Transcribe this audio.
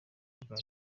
bwa